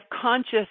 conscious